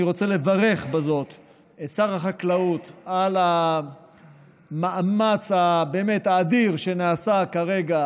אני רוצה לברך בזאת את שר החקלאות על המאמץ האדיר שנעשה כרגע,